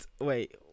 wait